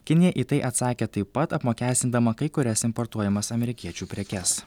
kinija į tai atsakė taip pat apmokestindama kai kurias importuojamas amerikiečių prekes